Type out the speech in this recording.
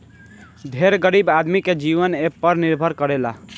ढेर गरीब आदमी के जीवन एपर निर्भर करेला